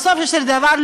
בסופו של דבר,